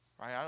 Right